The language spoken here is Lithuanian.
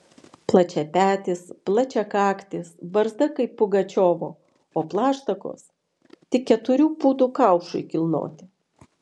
plačiapetis plačiakaktis barzda kaip pugačiovo o plaštakos tik keturių pūdų kaušui kilnoti